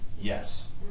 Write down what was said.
yes